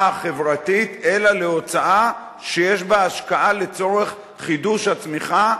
חברתית אלא להוצאה שיש בה השקעה לצורך חידוש הצמיחה,